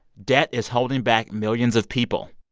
debt is holding back millions of people.